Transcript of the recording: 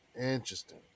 Interesting